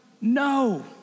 no